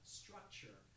structure